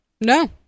No